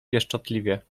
pieszczotliwie